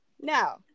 Now